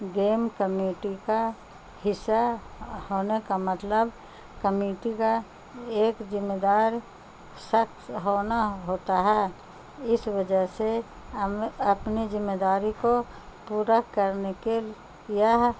game committee کا حصہ ہونے کا مطلب کمیٹی کا ایک ذمہ دار شخص ہونا ہوتا ہے اس وجہ سے ہم اپنی ذمہ داری کو پورا کرنے کے یہ